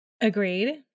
Agreed